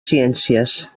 ciències